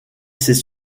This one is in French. ses